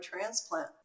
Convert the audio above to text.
transplant